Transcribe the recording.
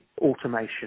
automation